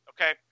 Okay